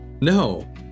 No